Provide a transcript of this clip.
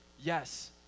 Yes